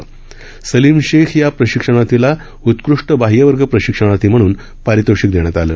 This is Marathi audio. तसंच सलीम शेख या प्रशिक्षणार्थींला उत्कृष्ट बाह्यवर्ग प्रशिक्षणार्थी म्हणून परितोषिक देण्यात आलं